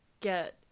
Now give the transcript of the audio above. get